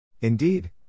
Indeed